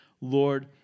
Lord